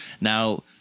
now